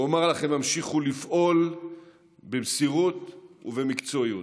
ולומר לכם: המשיכו לפעול במסירות ובמקצועיות.